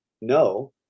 no